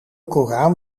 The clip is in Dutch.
koran